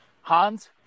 Hans